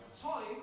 time